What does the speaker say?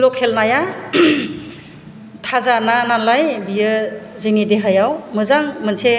लकेल नाया थाजा ना नालाय बेयो जोंनि देहायाव मोजां मोनसे